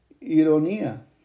ironía